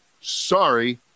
Sorry